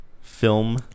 film